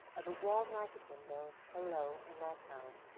ah the warm lighted windows below in their town.